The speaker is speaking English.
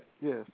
Yes